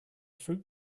fruit